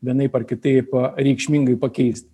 vienaip ar kitaip reikšmingai pakeist